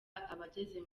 abageze